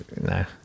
No